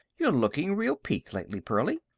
you're looking real peaked lately, pearlie.